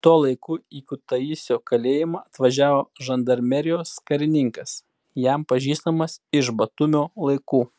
tuo laiku į kutaisio kalėjimą atvažiavo žandarmerijos karininkas jam pažįstamas iš batumio laikų